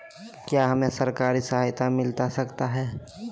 क्या हमे सरकारी सहायता मिलता सकता है?